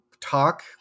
talk